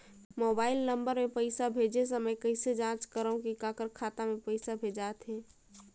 Mobile number मे पइसा भेजे समय कइसे जांच करव की काकर खाता मे पइसा भेजात हे?